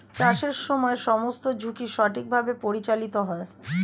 চাষের সময় সমস্ত ঝুঁকি সঠিকভাবে পরিচালিত হয়